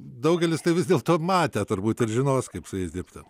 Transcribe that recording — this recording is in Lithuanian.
daugelis tai vis dėl to matę turbūt ir žinos kaip su jais dirbti